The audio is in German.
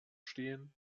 stehen